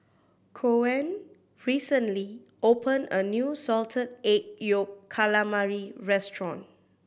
Coen recently opened a new Salted Egg Yolk Calamari restaurant